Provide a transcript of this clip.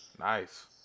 Nice